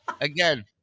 Again